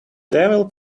devil